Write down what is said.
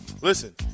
Listen